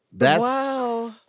Wow